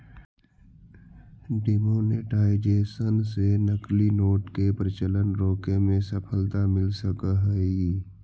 demonetisation से नकली note के प्रचलन रोके में सफलता मिल सकऽ हई